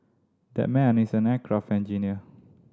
that man is an aircraft engineer